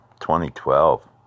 2012